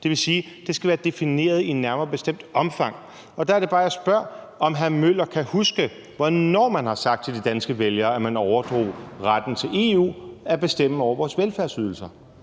Det vil sige, at det skal være defineret i et nærmere bestemt omfang, og der er det bare, at jeg spørger, om hr. Henrik Møller kan huske, hvornår man har sagt til de danske vælgere, at man overdrog retten til at bestemme over vores velfærdsydelser